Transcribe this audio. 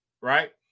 right